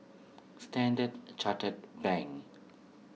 Standard Chartered Bank